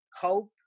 hope